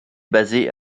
basée